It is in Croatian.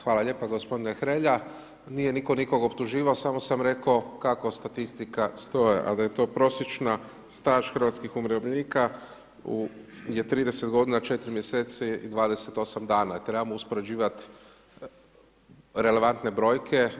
Hvala lijepa gospodine Hrelja, nije nitko nikog optuživao, samo sam rekao kako statistika stoji, a da je to prosječni staž hrvatskih umirovljenika je 30 godina 4 mjeseci i 28 dana i trebamo uspoređivat relevantne brojke.